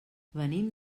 venim